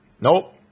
Nope